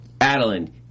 Adeline